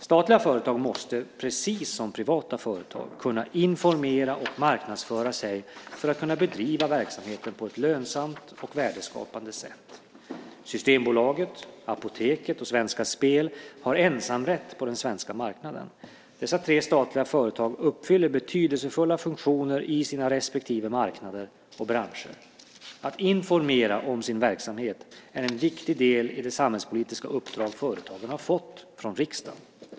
Statliga företag måste, precis som privata företag, kunna informera och marknadsföra sig för att kunna bedriva verksamheten på ett lönsamt och värdeskapande sätt. Systembolaget, Apoteket och Svenska Spel har ensamrätt på den svenska marknaden. Dessa tre statliga företag uppfyller betydelsefulla funktioner i sina respektive marknader och branscher. Att informera om sin verksamhet är en viktig del i det samhällspolitiska uppdrag företagen har fått från riksdagen.